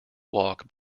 walk